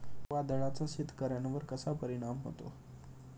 वादळाचा शेतकऱ्यांवर कसा परिणाम होतो?